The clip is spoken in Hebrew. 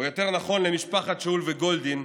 או יותר נכון למשפחות שאול וגולדין,